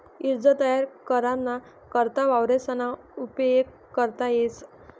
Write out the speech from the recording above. ईज तयार कराना करता वावरेसना उपेग करता येस